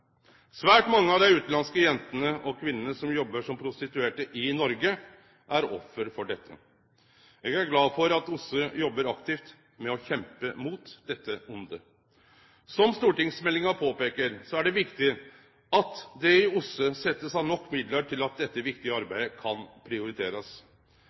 Svært mange av dei utanlandske jentene og kvinnene som jobbar som prostituerte i Noreg, er ofre for dette. Eg er glad for at OSSE jobbar aktivt med å kjempe mot dette vondet. Som stortingsmeldinga påpeikar, er det viktig at det i OSSE blir sett av nok midlar til at dette viktige